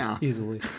easily